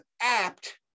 apt